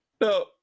no